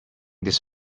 this